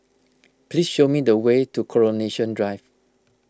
please show me the way to Coronation Drive